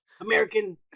American